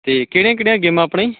ਅਤੇ ਕਿਹੜੀਆਂ ਕਿਹੜੀਆਂ ਗੇਮਾਂ ਆਪਣੇ